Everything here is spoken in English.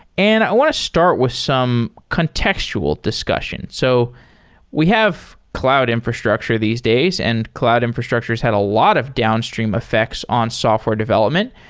and i want to start with some contextual discussion. so we have cloud infrastructure these days, and cloud infrastructures had a lot of downstream effects on software development.